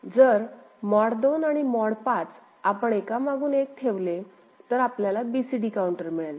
जर मॉड 2 आणि मॉड 5 आपण एकामागून एक ठेवले तर आपल्याला BCD काउंटर मिळेल